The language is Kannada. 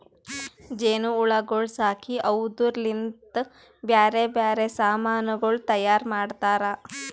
ಜೇನು ಹುಳಗೊಳ್ ಸಾಕಿ ಅವುದುರ್ ಲಿಂತ್ ಬ್ಯಾರೆ ಬ್ಯಾರೆ ಸಮಾನಗೊಳ್ ತೈಯಾರ್ ಮಾಡ್ತಾರ